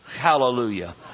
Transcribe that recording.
Hallelujah